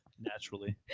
Naturally